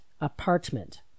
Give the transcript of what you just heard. apartment